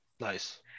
Nice